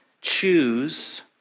choose